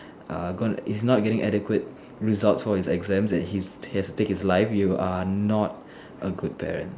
err gonna it's not getting adequate results for his exams that his he has to take his life you are not a good parent